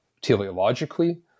teleologically